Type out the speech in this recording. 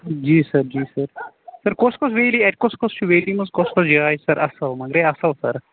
جی sir جی sir sir کۄس کۄس ویلی اَتہِ کۄس کۄس چھِ ویلی منز کۄس کۄس جاے چھِ سَر اصل مگرے اصل سر